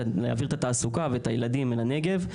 להעביר את התעסוקה ואת הילדים אל הנגב.